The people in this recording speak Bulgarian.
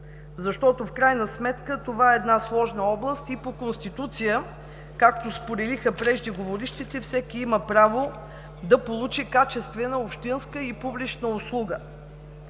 В крайна сметка това е една сложна област и по Конституция, както споделиха преждеговорившите, всеки има право да получи качествена, общинска и публична услуга.